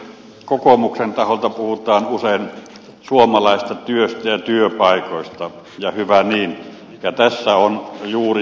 kokoomuksen taholta puhutaan usein suomalaisesta työstä ja työpaikoista ja hyvä niin tässä on juuri siitä kysymys